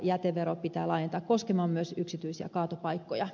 jätevero pitää laajentaa koskemaan myös yksityisiä kaatopaikkoja